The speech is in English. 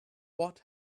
what